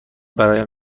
برایم